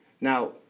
Now